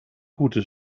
gute